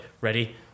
ready